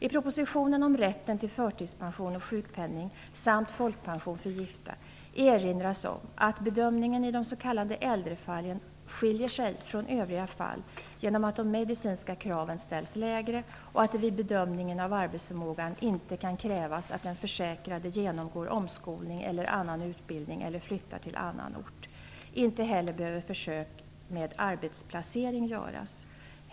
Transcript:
I propositionen om rätten till förtidspension och sjukpenning samt folkpension för gifta erinras om att bedömningen i de s.k. äldrefallen skiljer sig från övriga fall genom att de medicinska kraven ställs lägre och att det vid bedömningen av arbetsförmågan inte kan krävas att den försäkrade genomgår omskolning eller annan utbildning eller flyttar till annan ort. Försök med arbetsplacering behöver inte heller göras.